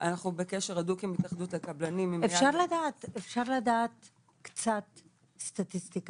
אנחנו בקשר הדוק עם התאחדות הקבלנים --- אפשר לדעת קצת סטטיסטיקה,